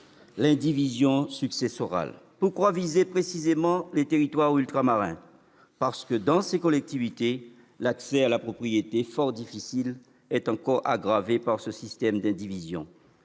l'indivision successorale. Pourquoi viser précisément les territoires ultramarins ? Parce que, dans ces collectivités, l'accès à la propriété, fort difficile, est encore aggravé par ce système d'indivision.